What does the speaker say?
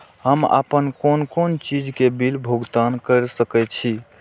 हम आपन कोन कोन चीज के बिल भुगतान कर सके छी?